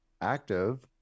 active